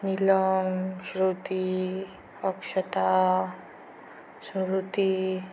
Neelam Shruti Akshata Smruti